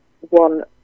one